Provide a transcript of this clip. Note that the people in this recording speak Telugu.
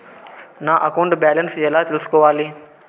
నా అకౌంట్ బ్యాలెన్స్ ఎలా తెల్సుకోవాలి